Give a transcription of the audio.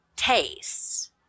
tastes